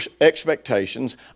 expectations